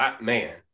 man